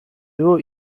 było